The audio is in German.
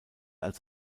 als